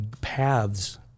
paths